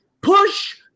Push